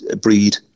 breed